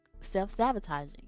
self-sabotaging